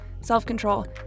self-control